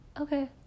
okay